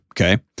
Okay